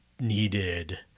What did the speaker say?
needed